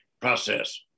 process